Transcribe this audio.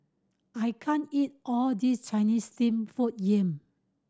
I can't eat all this Chinese steamed food yam